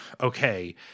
okay